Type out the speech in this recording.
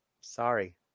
Sorry